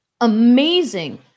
amazing